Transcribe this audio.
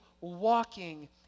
walking